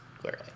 clearly